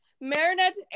Marinette